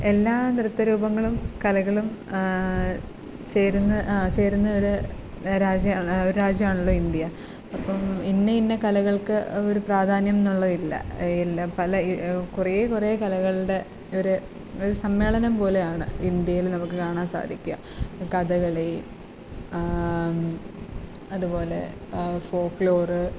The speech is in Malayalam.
എല്ലാ നൃത്ത രൂപങ്ങളും കലകളും ചേരുന്ന ചേരുന്ന ഒരു രാജ്യമാണ് ഒരു രാജ്യമാണല്ലോ ഇന്ത്യ അപ്പം ഇന്ന ഇന്ന കലകൾക്ക് ഒരു പ്രാധാന്യം എന്നുള്ളതില്ല പല കുറേ കുറേ കലകളുടെ ഒരു ഒരു സമ്മേളനം പോലെയാണ് ഇന്ത്യയിൽ നമുക്ക് കാണാൻ സാധിക്കുക കഥകളി അതുപോലെ ഫോക്ക്ലോറ്